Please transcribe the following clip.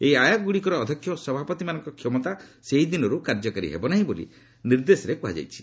ଏହି ଆୟୋଗଗୁଡ଼ିକର ଅଧ୍ୟକ୍ଷ ଓ ସଭାପତିମାନଙ୍କ କ୍ଷମତା ସେହି ଦିନରୁ କାର୍ଯ୍ୟକାରୀ ହେବ ନାହିଁ ବୋଲି ନିର୍ଦ୍ଦେଶରେ କୁହାଯାଇଛି